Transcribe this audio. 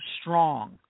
strong